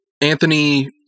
Anthony